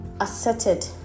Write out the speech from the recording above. asserted